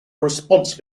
response